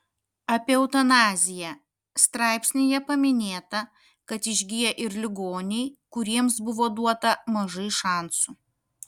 apie eutanaziją straipsnyje paminėta kad išgyja ir ligoniai kuriems buvo duota mažai šansų